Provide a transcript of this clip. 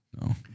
No